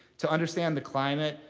to understand the climate,